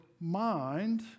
mind